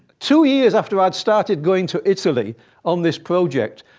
two years after i'd started going to italy on this project,